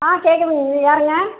ஆ சேதுபதி வீடு யாருங்க